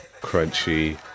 Crunchy